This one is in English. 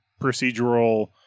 procedural